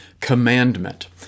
commandment